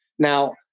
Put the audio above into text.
Now